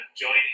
joining